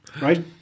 right